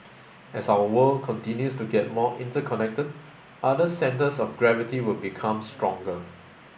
as our world continues to get more interconnected other centres of gravity will become stronger